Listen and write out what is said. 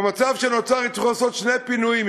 במצב שנוצר יצטרכו לעשות שני פינויים,